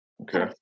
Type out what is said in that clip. okay